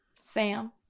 Sam